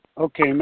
Okay